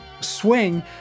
Swing